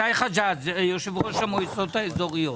שי חג'ג', יושב ראש המועצות האזוריות.